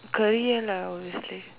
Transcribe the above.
korean lah obviously